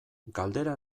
galdera